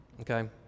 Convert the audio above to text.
okay